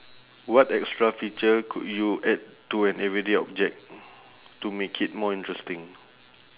what extra feature could you add to an everyday object to make it more interesting